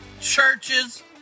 churches